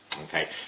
okay